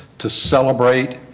to celebrate,